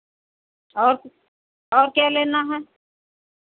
और और क्या लेना है